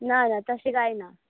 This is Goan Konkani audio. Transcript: ना ना तशें कांय ना